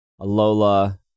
Alola